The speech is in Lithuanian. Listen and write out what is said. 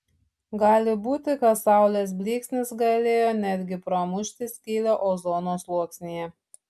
gali būti kad saulės blyksnis galėjo net gi pramušti skylę ozono sluoksnyje